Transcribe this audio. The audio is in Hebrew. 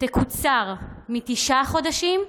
יקוצר מתשעה חודשים לחודש.